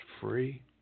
free